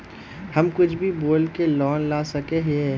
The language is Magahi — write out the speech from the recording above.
हम कुछ भी बोल के लोन ला सके हिये?